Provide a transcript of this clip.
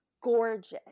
gorgeous